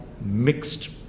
mixed